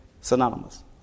synonymous